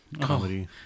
comedy